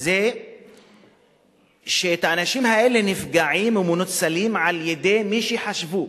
היא שהאנשים האלה נפגעים ומנוצלים על-ידי מי שחשבו,